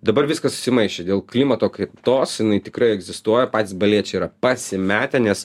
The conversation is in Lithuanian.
dabar viskas susimaišė dėl klimato kaitos jinai tikrai egzistuoja patys baliečiai yra pasimetę nes